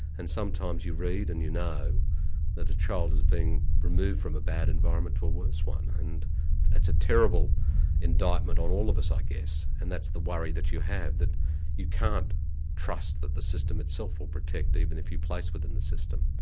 and sometimes you read and you know that a child is being removed from a bad environment to a worse one, and it's a terrible indictment on all of us i guess, and that's the worry that you have, that you can't trust that the system itself will protect, even if you place within the system.